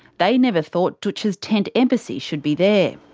they never thought dootch's tent embassy should be there.